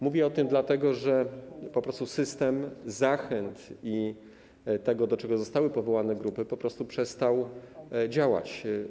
Mówię o tym dlatego, że po prostu system zachęt i to, do czego zostały powołane grupy, po prostu przestały działać.